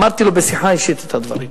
אמרתי לו בשיחה אישית את הדברים.